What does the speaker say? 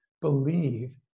believe